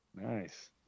nice